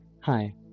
Hi